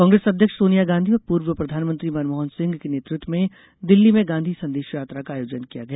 कांग्रेस अध्यक्ष सोनिया गांधी और पूर्व प्रधानमंत्री मनमोहन सिंह के नेतृत्व में दिल्ली में गांधी संदेश यात्रा का आयोजन किया गया